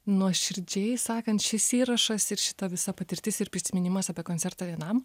nuoširdžiai sakant šis įrašas ir šita visa patirtis ir prisiminimas apie koncertą vienam